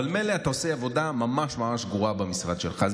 אבל מילא אתה עושה עבודה ממש ממש גרועה במשרד שלך.